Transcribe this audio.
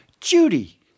Judy